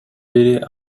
бери